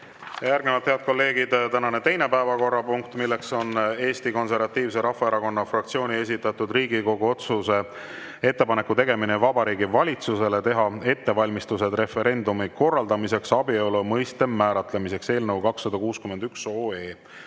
Järgnevalt, head kolleegid, tänane teine päevakorrapunkt, milleks on Eesti Konservatiivse Rahvaerakonna fraktsiooni esitatud Riigikogu otsuse "Ettepaneku tegemine Vabariigi Valitsusele teha ettevalmistused referendumi korraldamiseks abielu mõiste määratlemiseks" eelnõu 261.